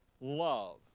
love